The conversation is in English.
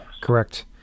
Correct